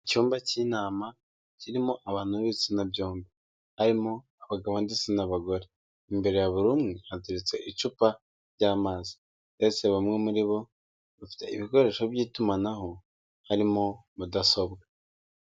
Icyumba cy'inama kirimo abantu b'ibitsina byombi, harimo abagabo ndetse n'abagore, imbere ya buri umwe, hateretse icupa ry'amazi mbese bamwe muri bo, bafite ibikoresho by'itumanaho harimo mudasobwa.